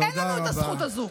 אין לנו את הזכות הזאת.